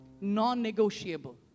Non-negotiable